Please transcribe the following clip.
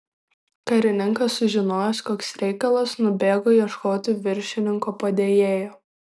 karininkas sužinojęs koks reikalas nubėgo ieškoti viršininko padėjėjo